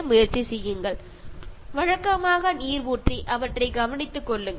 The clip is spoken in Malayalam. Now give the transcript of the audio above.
അതുപോലെ അവയെ വെള്ളം ഒക്കെ ഒഴിച്ച് നല്ലതുപോലെ പരിപാലിക്കുക